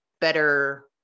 better